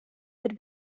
but